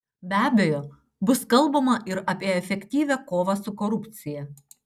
be abejo bus kalbama ir apie efektyvią kovą su korupcija